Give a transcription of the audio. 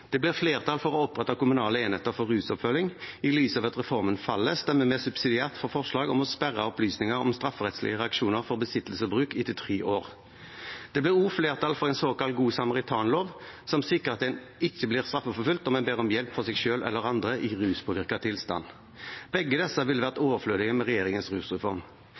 Det blir flertall for å opprette kommunale enheter for rusoppfølging. I lys av at reformen faller, stemmer vi subsidiært for forslaget om å sperre opplysninger om strafferettslige reaksjoner for besittelse og bruk etter tre år. Det blir også flertall for en såkalt god samaritan-lov, som sikrer at en ikke blir straffeforfulgt om en ber om hjelp for seg selv eller andre i ruspåvirket tilstand. Begge disse ville vært overflødige med regjeringens rusreform.